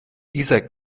dieser